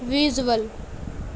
visual